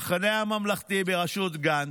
המחנה הממלכתי בראשות גנץ,